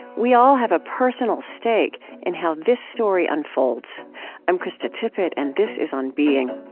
we all have a personal stake in how this story unfolds i'm krista tippett, and this is on being